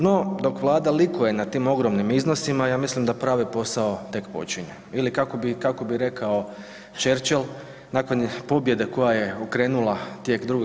No dok Vlada likuje nad tim ogromnim iznosima, ja mislim da pravi posao tek počinje ili kako bi rekao Churchill, nakon pobjede koja je okrenula tijek II.